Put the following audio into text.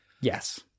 Yes